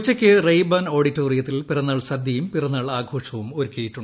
ഉച്ചയ്ക്ക് റെയ്ബാൻ ഓഡിറ്റോറിയത്തിൽ പിറന്നാൾ സദ്യയും പിറന്നാൾ ആഘോഷവും ഒരുക്കിയിട്ടുണ്ട്